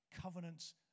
Covenants